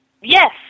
yes